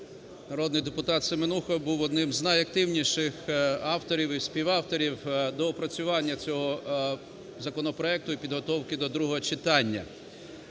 народний депутат Семенуха був одним із найактивніших авторів і співавторів доопрацювання цього законопроекту і підготовки до другого читання.